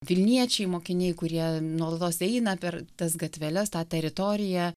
vilniečiai mokiniai kurie nuolatos eina per tas gatveles tą teritoriją